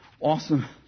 awesome